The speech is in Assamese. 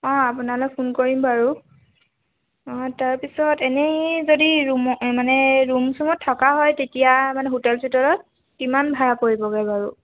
অঁ আপোনালৈ ফোন কৰিম বাৰু অঁ তাৰপিছত এনেই যদি ৰুম মানে ৰুম চুমত থকা হয় তেতিয়া মানে হোটেল চোটেলত কিমান ভাড়া পৰিবগে বাৰু